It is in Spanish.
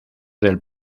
del